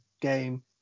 game